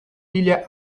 pilha